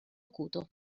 acuto